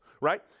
right